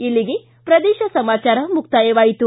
ಇಲ್ಲಿಗೆ ಪ್ರದೇಶ ಸಮಾಚಾರ ಮುಕ್ತಾಯವಾಯಿತು